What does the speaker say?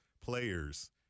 players